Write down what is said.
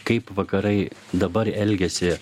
kaip vakarai dabar elgiasi